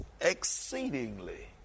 exceedingly